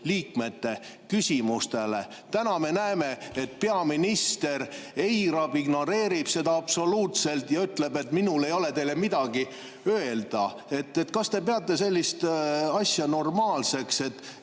liikmete küsimustele. Täna me näeme, et peaminister eirab, ignoreerib seda absoluutselt ja ütleb, et temal ei ole meile midagi öelda. Kas te peate sellist asja normaalseks, et